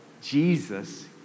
Jesus